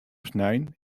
snein